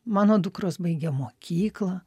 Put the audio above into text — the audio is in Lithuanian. mano dukros baigė mokyklą